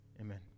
Amen